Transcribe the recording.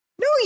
No